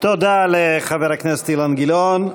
תודה לחבר הכנסת אילן גילאון.